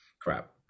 Crap